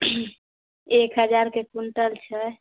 एक हजारके क्विंटल छै